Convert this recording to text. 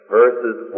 verses